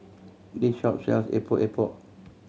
this shop sells Epok Epok